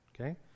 okay